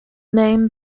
name